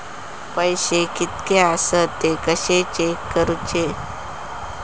पैसे कीतके आसत ते कशे चेक करूचे?